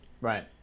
Right